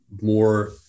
more